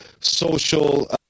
social